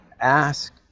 ask